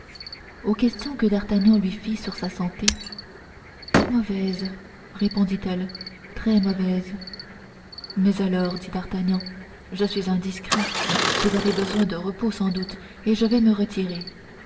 aux questions que d'artagnan lui fit sur sa santé mauvaise répondit-elle très mauvaise mais alors dit d'artagnan je suis indiscret vous avez besoin de repos sans doute et je vais me retirer